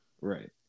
Right